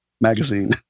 magazine